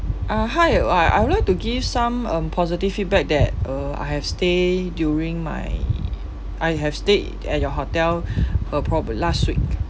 uh hi uh I would like to give some um positive feedback that uh I have stay during my I have stayed at your hotel uh proba~ last week